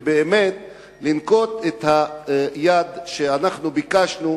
ולנקוט את הפעולה שאנחנו ביקשנו,